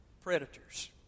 predators